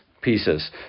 pieces